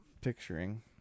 picturing